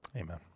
Amen